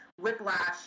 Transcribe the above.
whiplash